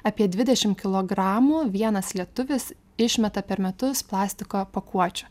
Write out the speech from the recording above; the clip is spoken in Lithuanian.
apie dvidešim kilogramų vienas lietuvis išmeta per metus plastiko pakuočių